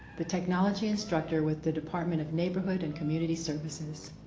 the technology instructor with the department of neighborhood and community services.